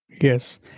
yes